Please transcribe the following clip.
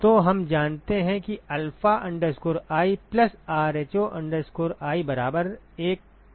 तो हम जानते हैं कि alpha i plus rho i बराबर 1 ठीक है